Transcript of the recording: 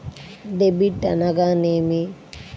Debit అనగానేమి?